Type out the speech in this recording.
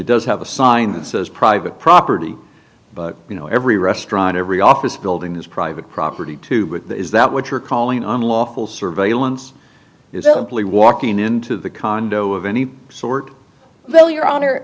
it does have a sign that says private property but you know every restaurant every office building is private property too but is that what you're calling on lawful surveillance is simply walking into the condo of any sort well your honor